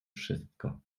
wszystko